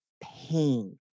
pain